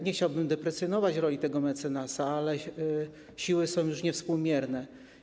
Nie chciałbym deprecjonować roli tego mecenasa, ale siły są już niewspółmierne.